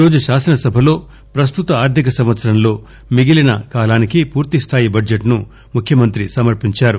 ఈరోజు శాసనసభలో ప్రస్తుత ఆర్గిక సంవత్సరంలో మిగిలిన కాలానికి పూర్తి స్థాయి బడ్లెట్ ను ముఖ్యమంత్రి సమర్పించారు